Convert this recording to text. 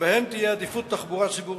שבהם תהיה עדיפות לתחבורה ציבורית.